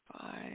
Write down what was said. Five